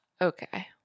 Okay